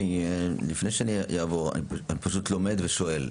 אני לומד ושואל.